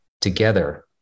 together